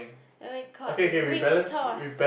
then we caught the ring toss